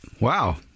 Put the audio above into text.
Wow